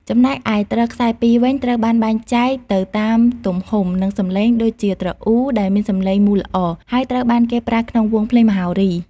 ចំណែកឯទ្រខ្សែពីរវិញ ត្រូវបានបែងចែកទៅតាមទំហំ និងសំឡេង ដូចជា ទ្រអ៊ូ ដែលមានសំឡេងមូលល្អ ហើយត្រូវបានប្រើក្នុងវង់ភ្លេងមហោរី។